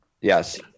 Yes